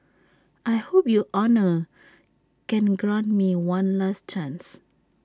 I hope your honour can grant me one last chance